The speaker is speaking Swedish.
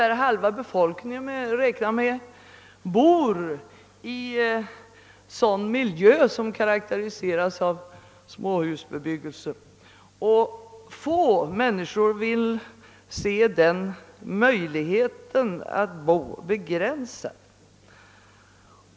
Man kan räkna med att ungefär hälften av befolkningen bor i sådan miljö som karakteriseras av småhusbebyggelse och att få människor vill se denna möjlighet att bo begränsad.